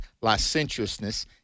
licentiousness